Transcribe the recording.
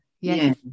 yes